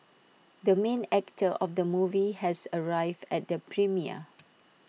the main actor of the movie has arrived at the premiere